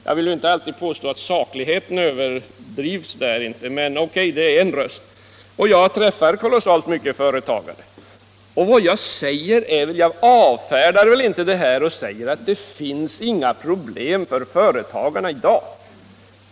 Jag vill inte påstå att sakligheten överdrivs där, men, O. K., det är en röst från småföretagarhåll. Och även jag träffar kolossalt många företagare och jag säger inte att det inte finns några problem för företagarna i dag.